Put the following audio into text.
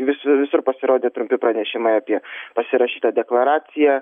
visi visur pasirodė trumpi pranešimai apie pasirašytą deklaraciją